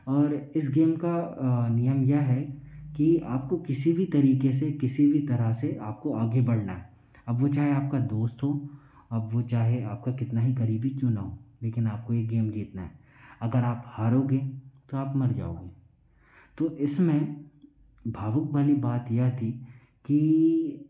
और इस गेम का नियम यह है कि आपको किसी भी तरीके से किसी भी तरह से आपको आगे बढ़ाना है अब वो चाहे आपका दोस्त हो अब चाहे आपका कितना ही करीबी क्यों ना हो लेकिन आपको एक गेम जितना है अगर आप हारोगे तो आप मर जाओगे तो इसमें भावुक वाली बात यह थी कि